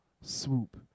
swoop